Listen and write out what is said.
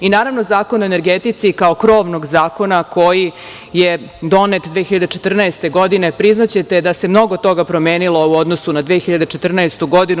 I naravno, Zakon o energetici kao krovnog zakona koji je donet 2014. godine priznaćete da se mnogo toga promenilo u odnosu na 2014. godinu.